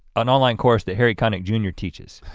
an online course that harry connick jr. teaches. huh,